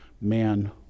man